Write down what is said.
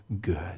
good